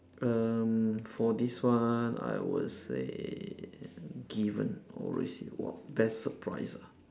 um for this one I would say given or received !wah! best surprise ah